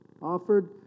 offered